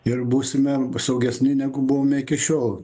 ir būsime saugesni negu buvome iki šiol